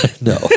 No